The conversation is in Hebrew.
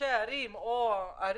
ראשי הערים או הערים,